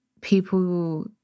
people